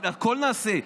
הכול נעשה.